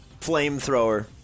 flamethrower